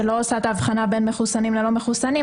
שלא עושה את האבחנה בין מחוסנים ללא מחוסנים.